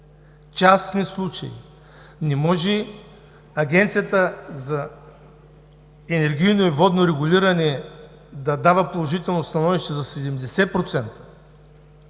Частни случаи! Не може Агенцията за енергийно и водно регулиране да дава положително становище за 70%,